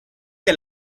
que